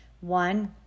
one